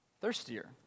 thirstier